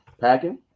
packing